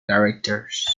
directors